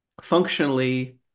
functionally